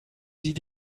sie